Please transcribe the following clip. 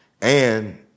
And-